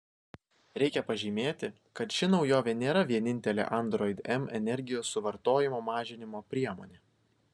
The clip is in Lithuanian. reikia pažymėti kad ši naujovė nėra vienintelė android m energijos suvartojimo mažinimo priemonė